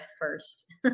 first